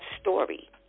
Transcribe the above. story